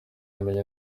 yamenye